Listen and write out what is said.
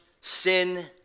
sin